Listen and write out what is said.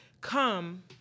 come